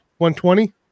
120